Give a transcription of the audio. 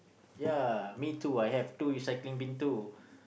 ya me too I have two recycling bin too